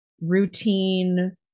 routine